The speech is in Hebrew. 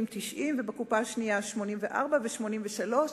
90 שקלים ובקופה השנייה 84 שקלים או 83 שקלים,